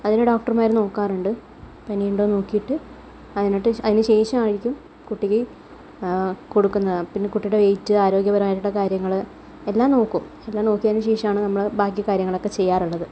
അതിനു ഡോക്ടമാർ നോക്കാറുണ്ട് പനിയുണ്ടോയെന്നു നോക്കിയിട്ട് അതിനിട്ട് അതിനു ശേഷമായിരിക്കും കുട്ടിക്ക് കൊടുക്കുന്നത് പിന്നെ കുട്ടിയുടെ വെയ്റ്റ് ആരോഗ്യപരമായിട്ടുള്ള കാര്യങ്ങൾ എല്ലാം നോക്കും എല്ലാം നോക്കിയതിന് ശേഷമാണ് നമ്മൾ ബാക്കി കാര്യങ്ങളൊക്കെ ചെയ്യാറുള്ളത്